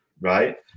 right